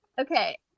Okay